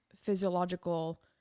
physiological